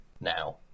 now